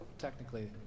Technically